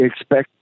expect